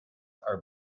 are